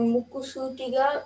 Mukusutiga